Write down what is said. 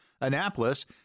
Annapolis